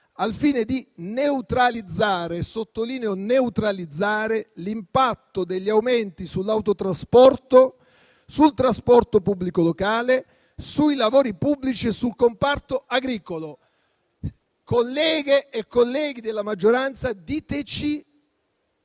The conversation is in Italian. al fine di neutralizzare» - e sottolineo «neutralizzare» - «l'impatto degli aumenti sull'autotrasporto, sul trasporto pubblico locale, sui lavori pubblici e sul comparto agricolo». Colleghe e colleghi della maggioranza, diteci